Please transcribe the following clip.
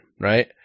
right